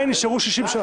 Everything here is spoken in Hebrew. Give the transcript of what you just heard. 60 שעות.